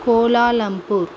Kuala Lumpur